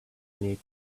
neat